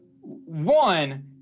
One